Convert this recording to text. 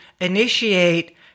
initiate